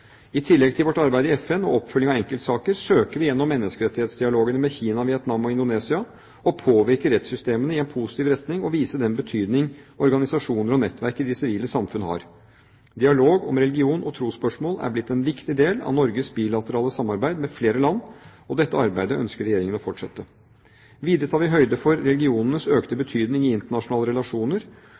I tillegg til vårt arbeid i FN og oppfølging av enkeltsaker, søker vi gjennom menneskerettighetsdialogene med Kina, Vietnam og Indonesia å påvirke rettssystemene i en positiv retning og vise den betydning organisasjoner og nettverk i det sivile samfunn har. Dialog om religions- og trosspørsmål er blitt en viktig del av Norges bilaterale samarbeid med flere land, og dette arbeidet ønsker Regjeringen å fortsette. Videre tar vi høyde for religionenes økte betydning i internasjonale relasjoner,